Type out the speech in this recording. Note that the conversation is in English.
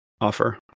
offer